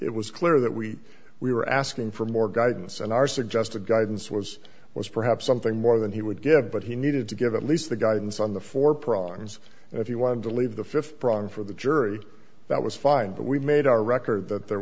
it was clear that we we were asking for more guidance and our suggested guidance was was perhaps something more than he would give but he needed to give at least the guidance on the four problems if you want to leave the th prong for the jury that was fine but we made a record that there